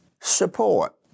support